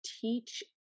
teach